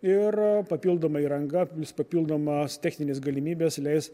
ir papildomai ranga plius papildomos techninės galimybės leis